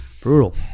brutal